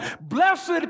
Blessed